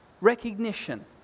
recognition